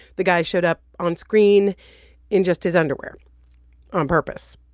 the guy showed up on screen in just his underwear on purpose,